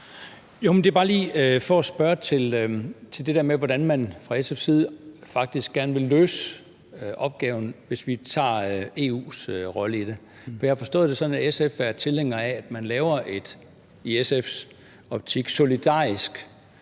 Jeg vil bare lige spørge til det der med, hvordan man fra SF's side faktisk gerne vil løse opgaven, hvis vi ser på EU's rolle i det. Jeg har forstået det sådan, at SF er tilhænger af, at man laver et i SF's optik solidarisk